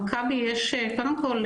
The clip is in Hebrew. קודם כול,